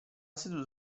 seduto